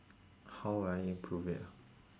how will I improve it ah